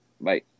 Bye